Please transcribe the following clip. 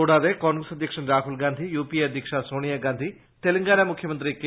കൂടാതെ കോൺഗ്രസ് അധ്യക്ഷൻ Rahul Gandhi U P A അധ്യക്ഷ സോണിയഗാന്ധി തെലങ്കാന മുഖ്യമന്ത്രി കെ